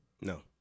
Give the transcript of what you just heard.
No